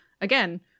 again